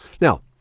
Now